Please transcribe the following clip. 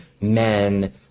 men